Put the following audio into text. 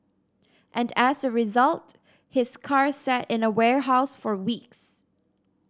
and as a result his car sat in a warehouse for weeks